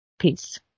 Peace